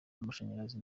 amashanyarazi